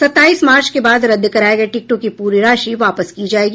सत्ताईस मार्च के बाद रद्द कराए गए टिकटों की पूरी राशि वापस की जाएगी